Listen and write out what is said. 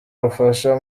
rufasha